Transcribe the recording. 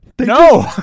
No